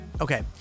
Okay